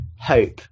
hope